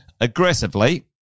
aggressively